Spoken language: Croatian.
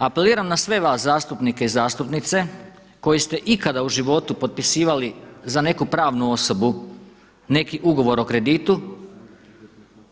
Apeliram na sve vas zastupnike i zastupnice koji ste ikada u životu potpisivali za neku pravnu osobu neki ugovor o kreditu,